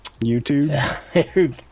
YouTube